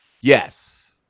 Yes